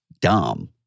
dumb